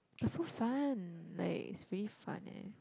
but so fun like is really fun eh